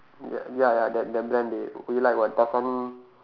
ya ya ya that that brand dey you like what Dasani